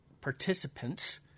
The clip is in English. participants